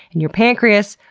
and your pancreas,